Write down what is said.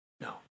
no